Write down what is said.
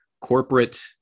corporate